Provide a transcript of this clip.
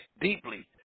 deeply